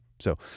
So-